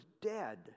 dead